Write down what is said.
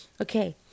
Okay